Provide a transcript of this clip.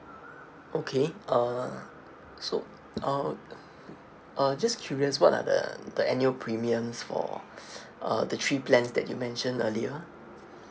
okay uh so uh uh just curious what are the the annual premiums for uh the three plans that you mentioned earlier